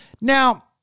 Now